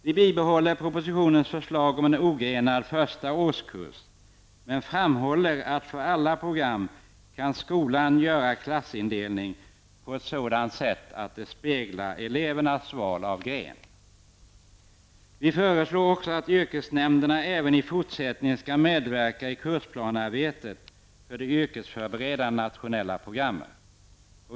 Vi behåller propositionens förslag om en ogrenad första årskurs, men framhåller att skolan göra klassindelning för alla program på ett sådant sätt att det speglar elevernas val av gren. Vi föreslår också att yrkesnämnderna även i fortsättningen skall medverka i kursplanearbetet för de yrkesförberedande nationella programmen.